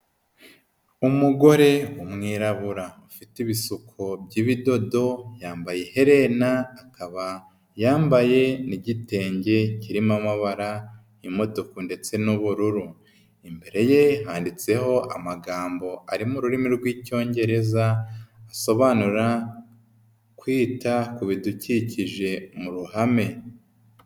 Umugore w'umwirabura ufite ibisuko by'ibidodo yambaye iherena akaba yambaye n'igitenge kirimo amabara y'umutuku ndetse n'ubururu, imbere ye handitseho amagambo ari mu rurimi rw'icyongereza asobanura kwita ku bidukikije mu ruhame.